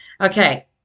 okay